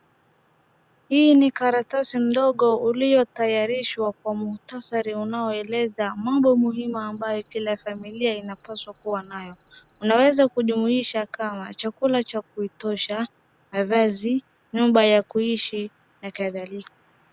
Hii ni karatasi ndogo uliyotayarishwa kwa mukhtasari unaoeleza mambo muhimu ambayo kila familia inapaswa kuwa nayo. Unaweza kujumuisha kama, chakula cha kuitosha, mavazi, nyumba ya kuishi na kadhalika.